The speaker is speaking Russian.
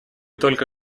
только